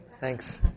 Thanks